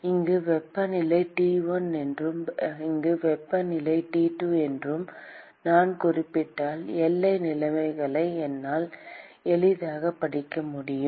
இங்கு வெப்பநிலை T1 என்றும் இங்கு வெப்பநிலை T2 என்றும் நான் குறிப்பிட்டால் எல்லை நிலைமைகளை என்னால் எளிதாகப் படிக்க முடியும்